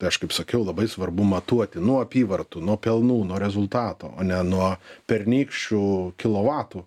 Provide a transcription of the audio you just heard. aš kaip sakiau labai svarbu matuoti nuo apyvartų nuo pelnų nuo rezultato o ne nuo pernykščių kilovatų